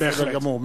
בסדר גמור.